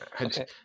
Okay